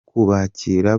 kubakira